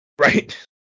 Right